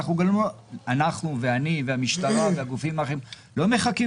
ואני והמשטרה והגופים האחרים לא מחכים